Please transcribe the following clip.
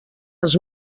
els